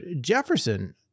Jefferson